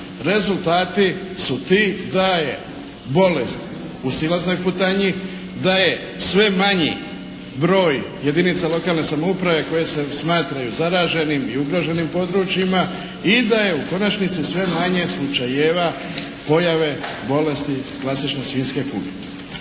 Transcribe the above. Rezultati su ti da je bolest u silaznoj putanji, da je sve manji broj jedinica lokalne samouprave koje se smatraju zaraženim i ugroženim područjima i da je u konačnici sve manje slučajeva pojave bolesti klasične svinjske kuge.